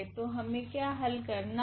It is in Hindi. तो हमे क्या हल करना है